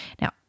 Now